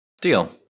Deal